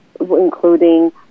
including